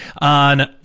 on